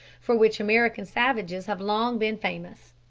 for which american savages have long been famous.